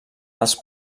els